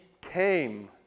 came